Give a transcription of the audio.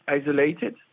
isolated